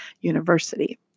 University